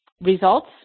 results